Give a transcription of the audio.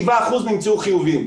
7% נמצאו חיוביים.